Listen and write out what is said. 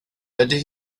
ydy